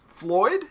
Floyd